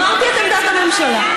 אמרתי את עמדת הממשלה.